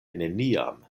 neniam